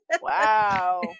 Wow